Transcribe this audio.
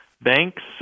banks